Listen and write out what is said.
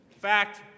fact